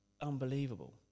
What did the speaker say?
unbelievable